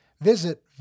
visit